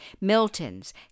Milton's